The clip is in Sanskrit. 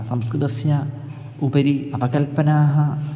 संस्कृतस्य उपरि अपकल्पनाः